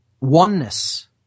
oneness